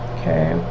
Okay